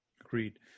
Agreed